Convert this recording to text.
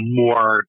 more